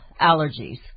allergies